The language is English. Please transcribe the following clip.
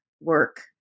work